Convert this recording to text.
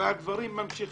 והדברים ממשיכים.